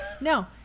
No